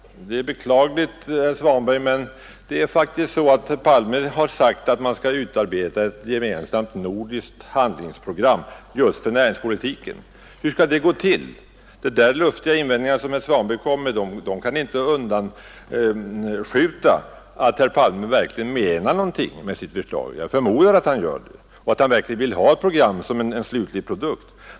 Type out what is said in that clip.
Det är beklagligt, herr Svanberg, men det är faktiskt så att herr Palme har sagt att man skall utarbeta ett gemensamt nordiskt handlingsprogram just för näringspolitiken. Hur skall det gå till? De luftiga invändningar som herr Svanberg gjorde kan inte omintetgöra att herr Palme verkligen menade något med sitt program. Jag förmodar i varje fall att han gjorde det och att han verkligen vill ha ett program, som innebär en färdig produkt.